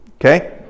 okay